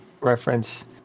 reference